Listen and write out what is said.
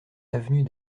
avenue